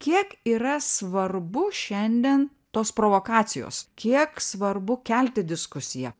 kiek yra svarbu šiandien tos provokacijos kiek svarbu kelti diskusiją